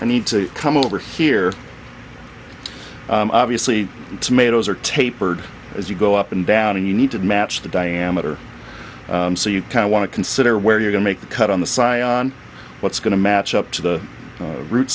i need to come over here obviously tomatoes are tapered as you go up and down and you need to match the diameter so you kind of want to consider where you're going make the cut on the side what's going to match up to the root